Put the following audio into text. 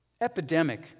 Epidemic